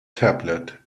tablet